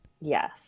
yes